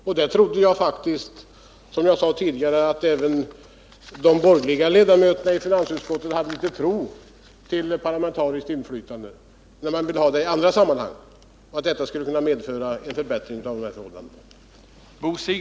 Jag trodde faktiskt, som jag sade tidigare, att även de borgerliga ledamöterna i finansutskottet hyste tilltro till att ett bredare parlamentariskt inflytande skulle kunna förbättra förhållandena på detta område. Detta parlamentariska inflytande vill man ju ha i andra sammanhang.